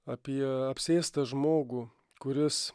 apie apsėstą žmogų kuris